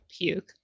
puke